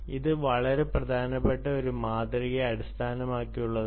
അത് വളരെ പ്രധാനപ്പെട്ട ഒരു മാതൃകയെ അടിസ്ഥാനമാക്കിയുള്ളതാണ്